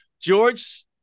George